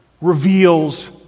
reveals